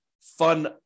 fun